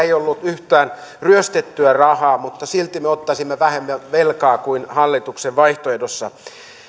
ei ollut yhtään ryöstettyä rahaa mutta silti me ottaisimme vähemmän velkaa kuin hallituksen vaihtoehdossa